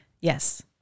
Yes